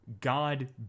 God